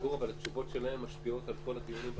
גור, התשובות שלהם משפיעות על כל הדיונים בהמשך.